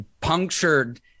punctured